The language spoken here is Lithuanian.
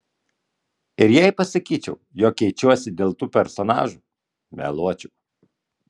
ir jei pasakyčiau jog keičiuosi dėl tų personažų meluočiau